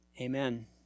Amen